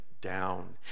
down